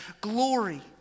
glory